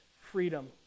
freedom